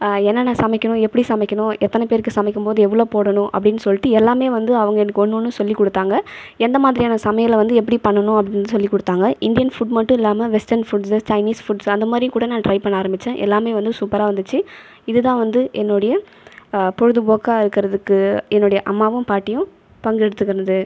என்னென்ன சமைக்கணும் எப்படி சமைக்கணும் எத்தனை பேருக்கு சமைக்கும்போது எவ்வளோ போடணும் அப்படின்னு சொல்லிட்டு எல்லாமே வந்து அவங்க எனக்கு ஒன்னொன்று சொல்லி கொடுத்தாங்க எந்த மாதிரியான சமையலை வந்து எப்படி பண்ணணும்னு அப்படின்னு சொல்லி கொடுத்தாங்க இந்தியன் ஃபுட் மட்டும் இல்லாமல் வெஸ்டர்ன் ஃபுட்ஸ் சைனீஸ் ஃபுட்ஸ் அந்த மாதிரிக்கூட நான் ட்ரை பண்ண ஆரம்பித்தேன் எல்லாமே வந்து சூப்பராக வந்துச்சு இதுதான் வந்து என்னுடைய பொழுதுபோக்காக இருக்கிறதுக்கு என்னுடைய அம்மாவும் பாட்டியும் பங்கெடுத்துக்கிறது